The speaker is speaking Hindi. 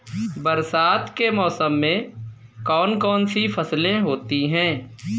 बरसात के मौसम में कौन कौन सी फसलें होती हैं?